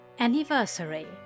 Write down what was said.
Anniversary